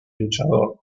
luchador